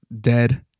dead